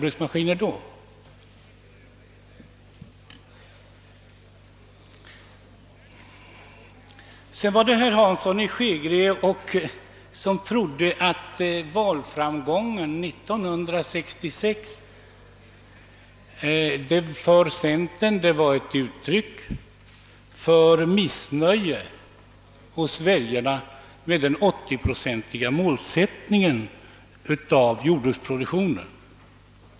uttryck för väljarnas missnöje med den 80-procentiga målsättningen för jordbruksproduktionen.